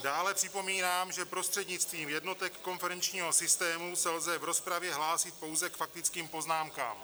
Dále připomínám, že prostřednictvím jednotek konferenčního systému se lze v rozpravě hlásit pouze k faktickým poznámkám.